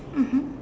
mmhmm